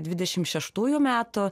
dvidešim šeštųjų metų